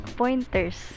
pointers